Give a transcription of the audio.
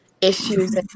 issues